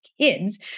kids